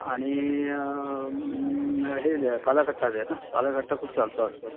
आणि हे द्या काला खट्टा द्यानं काला खट्टा खूप चालतं आजकाल